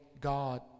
God